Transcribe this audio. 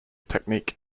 technique